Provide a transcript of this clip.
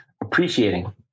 appreciating